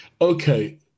Okay